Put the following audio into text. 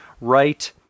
right